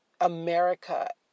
America